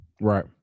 Right